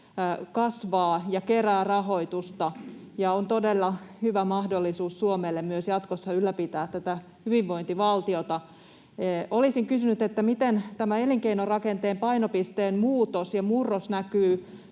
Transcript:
kasvaa ja kerää rahoitusta ja on todella hyvä mahdollisuus Suomelle myös jatkossa ylläpitää tätä hyvinvointivaltiota. Olisin kysynyt, miten tämä elinkeinorakenteen painopisteen muutos ja murros näkyy